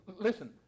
Listen